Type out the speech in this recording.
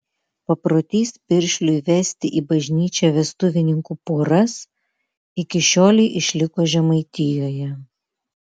paprotys piršliui vesti į bažnyčią vestuvininkų poras iki šiolei išliko žemaitijoje